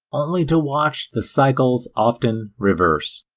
only to watch the cycles often reverse.